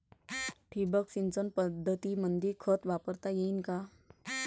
ठिबक सिंचन पद्धतीमंदी खत वापरता येईन का?